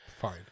fine